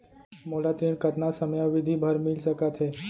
मोला ऋण कतना समयावधि भर मिलिस सकत हे?